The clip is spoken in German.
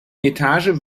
etage